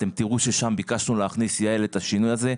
אתם תראו ששם ביקשנו להכניס את השינוי הזה,